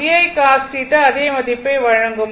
V I cos θ அதே மதிப்பை வழங்கும்